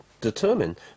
determine